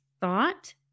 thought